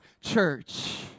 church